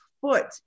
foot